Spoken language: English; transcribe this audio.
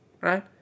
right